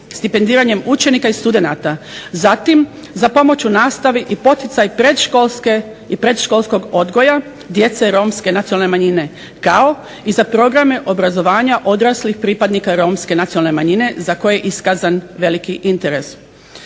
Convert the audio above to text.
stipendiranjem učenika i studenata. Zatim za pomoć u nastavi i poticaj predškolskog odgoja djece romske nacionalne manjine, kao i za programe obrazovanja odraslih pripadnika romske nacionalne manjine za koje je iskazan veliki interes.